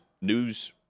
news